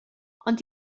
ond